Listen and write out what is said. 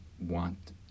want